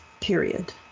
Period